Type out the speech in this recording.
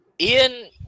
Ian